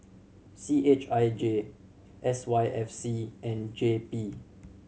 C H I J S Y F C and J P